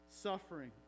Suffering